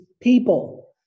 people